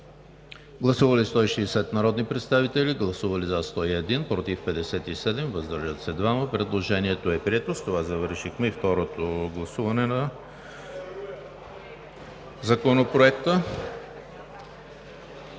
Гласували 160 народни представители: за 101, против 57, въздържали се 2. Предложението е прието. С това завършихме и второто гласуване на Законопроект